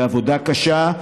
בעבודה קשה,